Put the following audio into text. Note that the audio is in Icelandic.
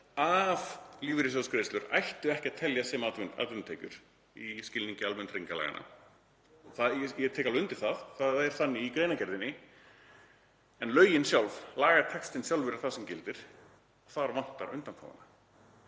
að lífeyrissjóðsgreiðslur ættu ekki að teljast sem atvinnutekjur í skilningi almannatryggingalaganna. Og ég tek alveg undir það, það er þannig í greinargerðinni. En lögin sjálf, lagatextinn sjálfur er það sem gildir og þar vantar undanþáguna.